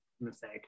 mistake